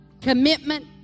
commitment